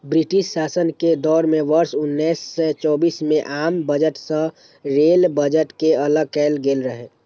British शासन के दौर मे वर्ष उन्नैस सय चौबीस मे आम बजट सं रेल बजट कें अलग कैल गेल रहै